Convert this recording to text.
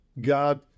god